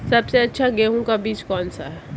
सबसे अच्छा गेहूँ का बीज कौन सा है?